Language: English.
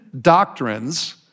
doctrines